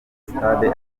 stade